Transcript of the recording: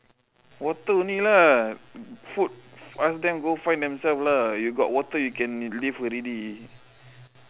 water only lah food ask them go find themselves lah you got water you can live already